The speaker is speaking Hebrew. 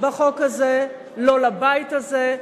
בחוק הזה לא לבית הזה,